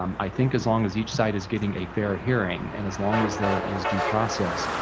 um i think as long as each side is giving a fair hearing, and as long as there is due process,